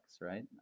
right